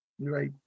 Right